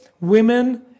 women